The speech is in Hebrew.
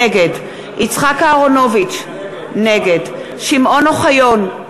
נגד יצחק אהרונוביץ, נגד שמעון אוחיון,